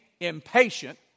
impatient